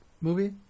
movie